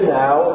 now